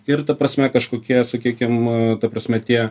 ir ta prasme kažkokie sakykim ta prasme tie